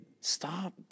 Stop